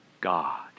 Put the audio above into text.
God